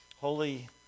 Holy